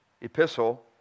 epistle